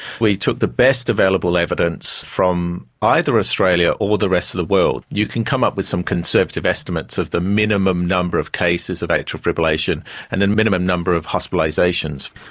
we took the best available evidence from either australia or the rest of the world. you can come up with some conservative estimates of the minimum number of cases of atrial fibrillation and the and minimum number of hospitalisations.